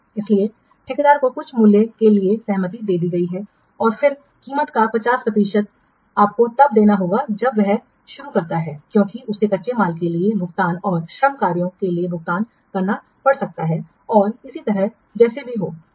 इसलिए ठेकेदार को कुछ मूल्य के लिए सहमति दे दी गई है और फिर कीमत का 50 प्रतिशत आपको तब देना होगा जब वह शुरू करता है क्योंकि उसे कच्चे माल के लिए भुगतान और श्रम कार्यों के लिए भुगतान करना पड़ सकता है और इसी तरह जैसे भी हो